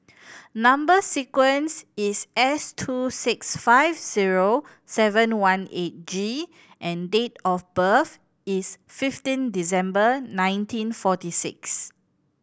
number sequence is S two six five zero seven one eight G and date of birth is fifteen December nineteen forty six